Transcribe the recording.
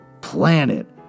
planet